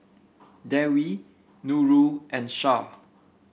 Dewi Nurul and Shah